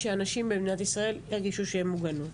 יכול להיות שהם לא משקיעים בדבר הנכון.